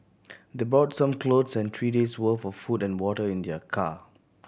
they brought some clothes and three days worth of food and water in their car